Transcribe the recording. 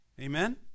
Amen